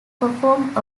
performed